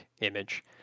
Image